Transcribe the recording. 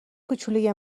کوچولوی